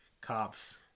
cops